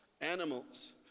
animals